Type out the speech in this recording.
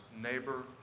neighbor